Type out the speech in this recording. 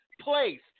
place